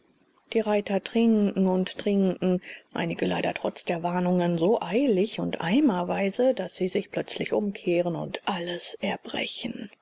die reiter trinken und trinken einige leider trotz der warnungen so eilig und eimerweise daß sie sich plötzlich umkehren und alles erbrechen